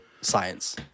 science